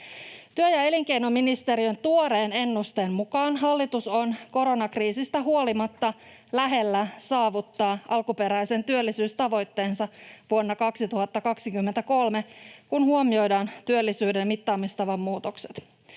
Työ- ja elinkeinoministeriön tuoreen ennusteen mukaan hallitus on koronakriisistä huolimatta lähellä saavuttaa alkuperäisen työllisyystavoitteensa vuonna 2023, kun huomioidaan työllisyyden mittaamistavan muutokset.